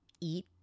eat